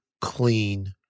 clean